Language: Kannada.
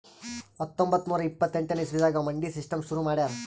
ಹತ್ತೊಂಬತ್ತ್ ನೂರಾ ಇಪ್ಪತ್ತೆಂಟನೇ ಇಸವಿದಾಗ್ ಮಂಡಿ ಸಿಸ್ಟಮ್ ಶುರು ಮಾಡ್ಯಾರ್